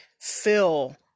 fill